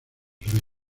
rey